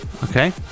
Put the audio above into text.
Okay